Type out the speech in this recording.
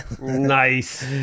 Nice